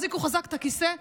תחזיקו חזק את הכיסא,